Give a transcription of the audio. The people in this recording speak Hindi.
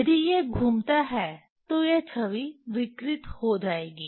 यदि यह घूमता है तो यह छवि विकृत हो जाएगी